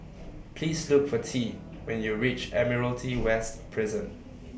Please Look For Tea when YOU REACH Admiralty West Prison